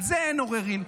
על זה אין עוררין.